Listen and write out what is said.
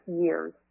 years